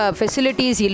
facilities